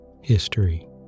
History